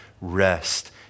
rest